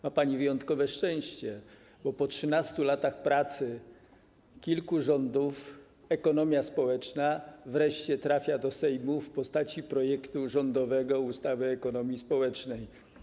Ma pani wyjątkowe szczęście, bo po 13 latach pracy kilku rządów ekonomia społeczna wreszcie trafia do Sejmu w postaci rządowego projektu ustawy o ekonomii społecznej.